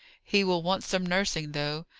he will want some nursing, though.